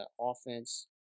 offense